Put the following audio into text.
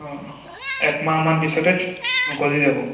অঁ এমাহমান পিছতে গজি যাব